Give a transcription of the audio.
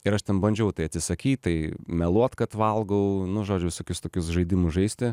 ir aš ten bandžiau tai atsisakyt tai meluot kad valgau nu žodžiu visokius tokius žaidimus žaisti